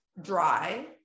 dry